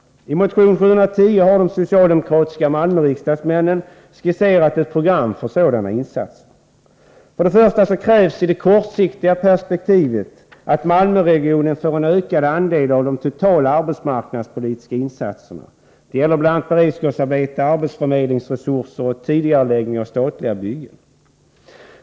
I motion 710 har de socialdemokratiska Malmöriksdagsmännen skisserat ett program för sådana insatser. För det första krävs i det kortsiktiga perspektivet att Malmöregionen får en ökad andel av de totala arbetsmarknadspolitiska insatserna. Det gäller bl.a. beredskapsarbete, arbetsförmedlingsresurser och tidigareläggning av statliga byggen.